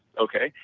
okay,